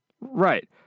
Right